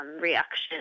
reaction